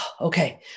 okay